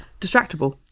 Distractable